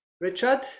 Richard